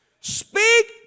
Speak